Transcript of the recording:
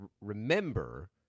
remember